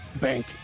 bank